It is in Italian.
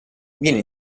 viene